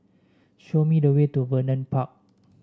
show me the way to Vernon Park